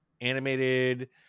animated